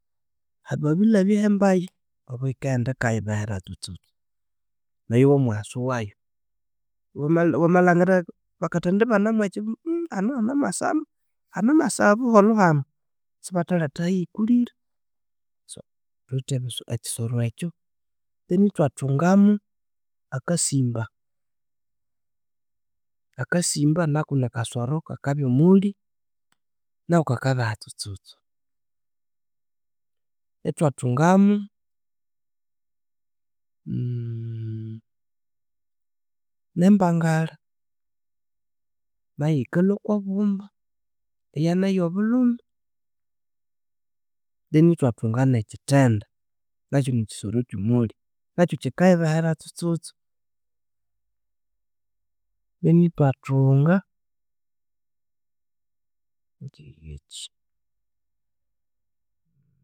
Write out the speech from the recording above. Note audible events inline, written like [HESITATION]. [HESITATION] babilhabya hembaya oboyika enda yikayibehera tsutsutsu neyo womuwasuwayu [HESITATION] wamalhangira bakathendibana mwekyi [HESITATION] hanu hanamasa hanamasa buholho hanu, sikathaletha eyikulire so thuwithe ebi ekyisoro ekyo. Then ithwathungamu akasimba, akasimba nako nikasoro kakabya omolhi, nako kakabeha tsutsutsu iwathungamu [HESITATION] nembangale nayo yikalhwa kobumba eyana yobulhume. Then ithwathunga nekithende, nakyo nikyisoro kyomolhi nakyo kyikayibehera tsutsutsu then ithwathunga. [HESITATION]